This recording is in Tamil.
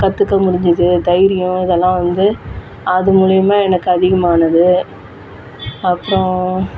கற்றுக்க முடிஞ்சுது தைரியம் இதலாம் வந்து அது மூலியமாக எனக்கு அதிகமானது அப்பறம்